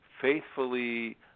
faithfully